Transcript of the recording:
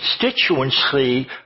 constituency